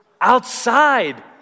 outside